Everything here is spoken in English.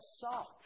sock